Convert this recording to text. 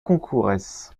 concourès